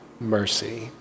Mercy